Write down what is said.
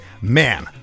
man